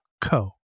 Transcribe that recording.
co